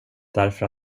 därför